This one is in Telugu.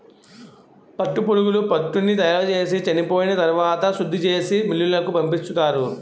పట్టుపురుగులు పట్టుని తయారుచేసి చెనిపోయిన తరవాత శుద్ధిచేసి మిల్లులకు పంపించుతారు